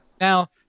Now